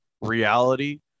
reality